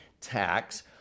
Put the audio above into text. tax